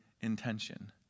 intention